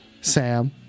Sam